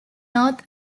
north